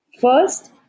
First